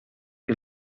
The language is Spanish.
que